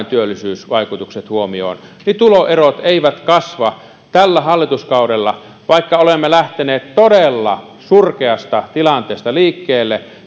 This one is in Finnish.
työllisyysvaikutukset huomioon niin tuloerot eivät kasva tällä hallituskaudella vaikka olemme lähteneet todella surkeasta tilanteesta liikkeelle